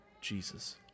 Jesus